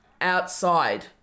outside